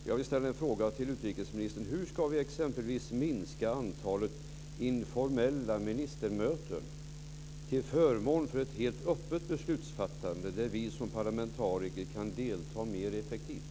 Jag vill ställa en fråga till utrikesministern: Hur ska vi exempelvis minska antalet informella ministermöten till förmån för ett helt öppet beslutsfattande, där vi som parlamentariker kan delta mer effektivt?